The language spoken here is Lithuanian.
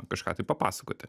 kažką tai papasakoti